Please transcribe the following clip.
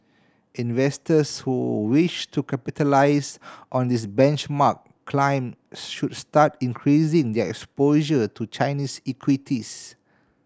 investors who wish to capitalise on this benchmark climb should start increasing their exposure to Chinese equities